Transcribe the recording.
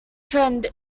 trend